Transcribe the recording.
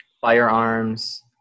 firearms